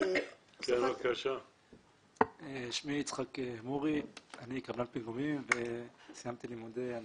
אני קבלן פיגומים וסיימתי לימודי הנדסאים.